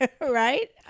right